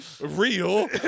real